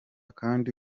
kandi